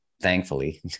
thankfully